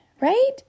right